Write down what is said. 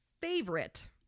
favorite